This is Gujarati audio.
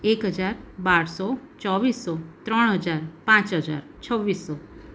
એક હજાર બારસો ચોવીસો ત્રણ હજાર પાંચ હજાર છવ્વીસો